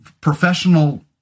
professional